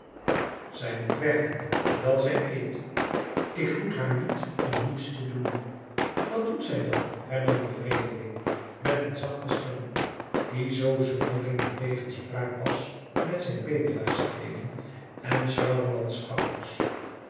zij moet werken wijl zij eet ik voed haar niet om niets te doen wat doet zij dan hernam de vreemdeling met een zachte stem die zoo zonderling in tegenspraak was met zijn bedelaarskleeding en